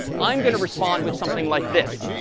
i'm going to respond with something like this,